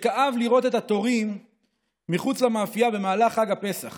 הוא כאב לראות את התורים מחוץ למאפייה במהלך חג הפסח